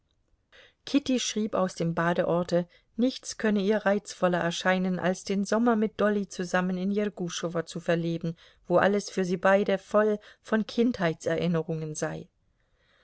kitty schrieb aus dem badeorte nichts könne ihr reizvoller erscheinen als den sommer mit dolly zusammen in jerguschowo zu verleben wo alles für sie beide voll von kindheitserinnerungen sei